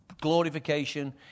glorification